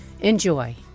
enjoy